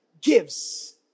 gives